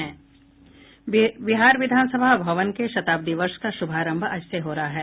बिहार विधानसभा भवन के शताब्दी वर्ष का शुभारंभ आज से हो रहा है